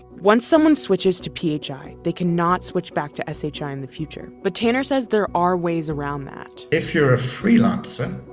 once someone switches to p h i, they can not switch back to s h i. in the future. but tanner says there are ways around that. if you're a freelancer